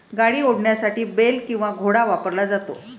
गाडी ओढण्यासाठी बेल किंवा घोडा वापरला जातो